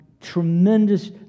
tremendous